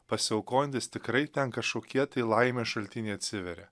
pasiaukojantis tikrai ten kažkokie tai laimės šaltiniai atsiveria